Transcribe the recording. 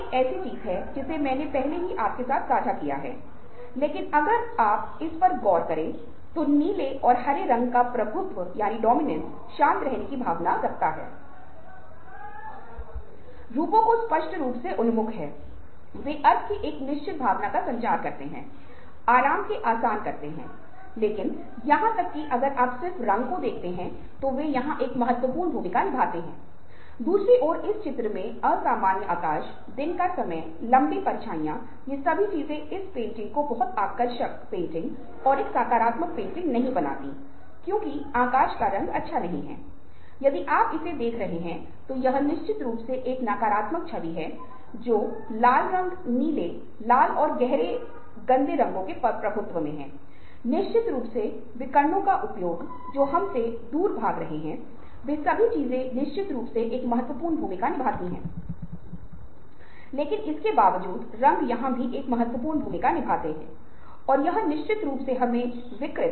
यह वैसा ही है जब आप एक टर्म पेपर लिख रहे होते हैं आप टर्म पेपर लिखते हैं इसे फाड़ देते हैं फिर आप इसे लिखते हैं फिर से आप इसे फाड़ते हैं और आप इसे फिर से और फिर से तब तक करते हैं जब तक कि आप एक अंतिम चरण में नहीं पहुंच जाते जहां आप कहते हैं कि यह टर्म पेपर है जो आपने उत्पादित प्रोड्यूस किया है